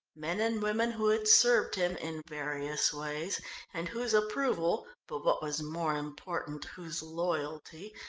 men and women who had served him in various ways and whose approval, but what was more important, whose loyalty,